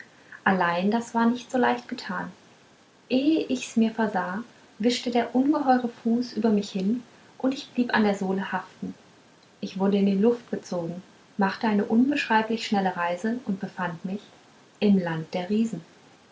allein das war nicht so leicht getan ehe ich's mir versah wischte der ungeheure fuß über mich hin und ich blieb an der sohle haften ich wurde in die luft gezogen machte eine unbeschreiblich schnelle reise und befand mich im lande der riesen